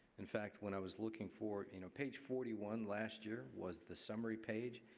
in fact, when i was looking for you know page forty one last year was the summary page,